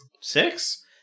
Six